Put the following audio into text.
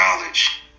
knowledge